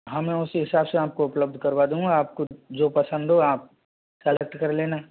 हाँ मैं उसी हिसाब से आपको उपलब्ध करवा दूँगा आपको जो पसंद हो आप सलेक्ट कर लेना